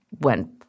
went